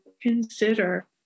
consider